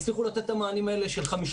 הצליחו לתת את המענים האלה של חמישה